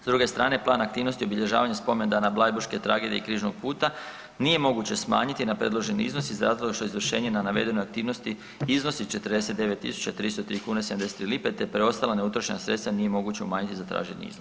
S druge strane, plan aktivnosti obilježavanja spomendana bleirburške tragedije i Križnog puta nije moguće smanjiti na predloženi iznos iz razloga što izvršenje na navede aktivnosti iznosi 49 303,73 kune te preostala neutrošena sredstva nije moguće umanjiti za traženi iznos.